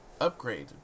upgrade